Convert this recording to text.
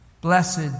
Blessed